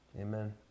Amen